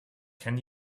can